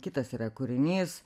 kitas yra kūrinys